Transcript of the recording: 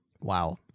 Wow